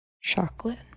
chocolate